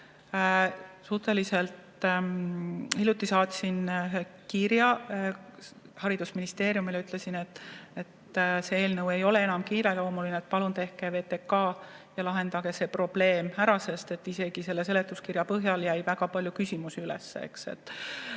Suhteliselt hiljuti saatsin kirja haridusministeeriumile ja ütlesin, et see eelnõu ei ole enam kiireloomuline, palun tehke VTK ja lahendage see probleem ära, sest isegi seletuskirja põhjal jäi väga palju küsimusi üles.